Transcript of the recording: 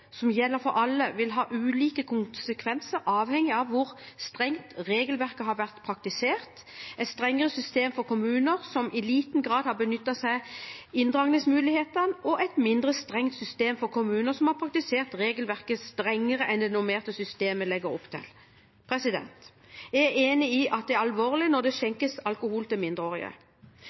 som gjelder for alle, vil ha ulike konsekvenser, avhengig av hvor strengt regelverket har vært praktisert – et strengere system for kommuner som i liten grad har benyttet seg av inndragningsmulighetene, og et mindre strengt system for kommuner som har praktisert regelverket strengere enn det det normerte systemet legger opp til. Jeg er enig i at det er alvorlig når det skjenkes alkohol til mindreårige.